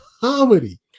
comedy